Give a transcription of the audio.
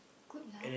good lah